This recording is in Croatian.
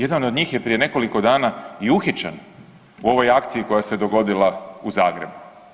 Jedan od njih je prije nekoliko dana i uhićen u ovoj akciji koja se dogodila u Zagrebu.